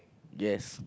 yes